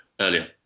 earlier